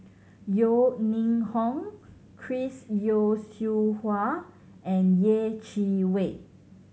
Yeo Ning Hong Chris Yeo Siew Hua and Yeh Chi Wei